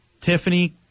Tiffany